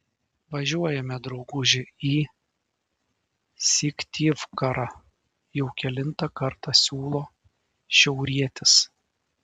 važiuojame drauguži į syktyvkarą jau kelintą kartą siūlo šiaurietis